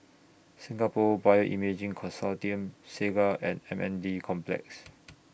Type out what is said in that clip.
Singapore Bioimaging Consortium Segar and M N D Complex